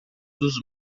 dos